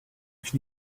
can